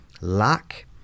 lack